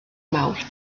mawrth